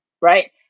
right